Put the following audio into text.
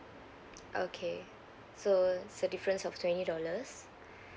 okay so it's a difference of twenty dollars